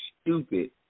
stupid